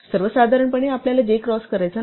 सर्वसाधारणपणे आपल्याला j cross करायचा नाही